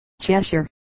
Cheshire